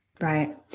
Right